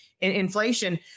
inflation